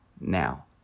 now